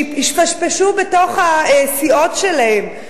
שיפשפשו בתוך הסיעות שלהם,